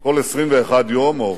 כל 21 יום, או